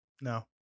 No